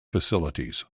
facilities